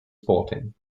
sporting